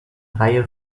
reihe